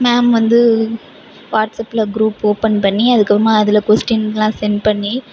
ma'am வந்து வாட்ஸ்ஆப்பில் group open பண்ணி அதுக்கு அப்புறமா அதில் கொஸ்டின்லாம் சென்ட் பண்ணி